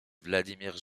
vladimir